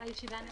הישיבה נעולה.